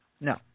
no